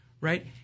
right